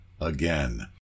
again